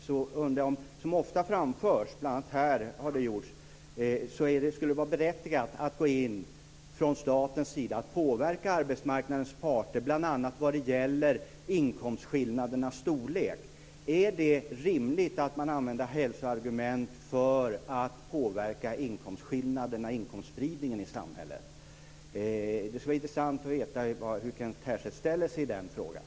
Det har ofta framförts, bl.a. här, att det skulle vara berättigat att från statens sida gå in och påverka arbetsmarknadens parter bl.a. vad gäller inkomstskillnadernas storlek. Är det rimligt att använda hälsoargument för att påverka inkomstskillnaderna och inkomstspridningen i samhället? Det skulle vara intressant att veta hur Kent Härstedt ställer sig i den frågan.